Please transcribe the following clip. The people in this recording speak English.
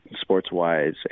sports-wise